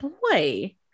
boy